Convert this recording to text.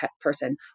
person